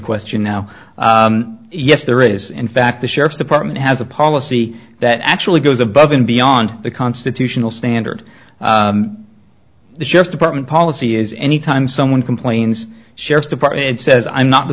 question now yes there is in fact the sheriff's department has a policy that actually goes above and beyond the constitutional standard the sheriff's department policy is anytime someone complains sheriff's department says i'm not the